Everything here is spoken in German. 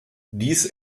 dies